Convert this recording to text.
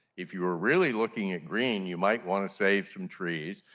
if you are really looking at green you might want to save some trees.